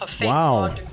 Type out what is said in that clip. Wow